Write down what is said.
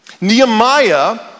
Nehemiah